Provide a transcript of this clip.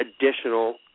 additional